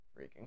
freaking